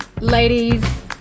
ladies